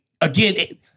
again